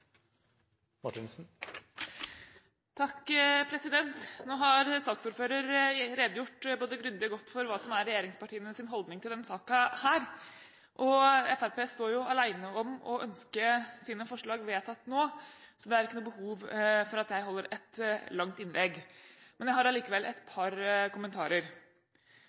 holdning i denne saken, og Fremskrittspartiet står alene om å ønske sine forslag vedtatt nå, så det er ikke noe behov for at jeg holder et langt innlegg. Jeg har allikevel et par kommentarer.